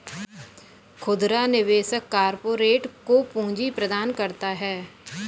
खुदरा निवेशक कारपोरेट को पूंजी प्रदान करता है